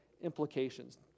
implications